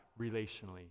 relationally